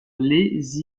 les